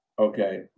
okay